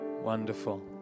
Wonderful